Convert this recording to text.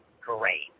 great